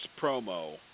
promo